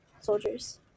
soldiers